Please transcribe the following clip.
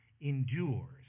endures